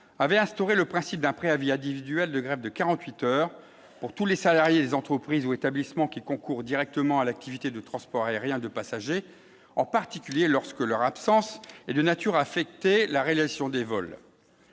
avait instauré le principe d'un préavis individuel de grève de 48 heures pour tous les salariés des entreprises ou établissements qui concourent directement à l'activité de transport aérien de passagers, en particulier lorsque leur absence est de nature à affecter la réalisation des vols